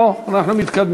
אוה, אנחנו מתקדמים.